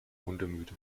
hundemüde